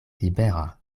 libera